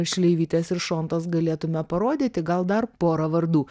šleivytės ir šontos galėtume parodyti gal dar porą vardų